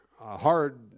hard